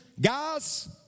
Guys